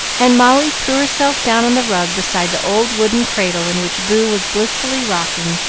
and molly threw herself down on the rug beside the old wooden cradle in which boo was blissfully rocking,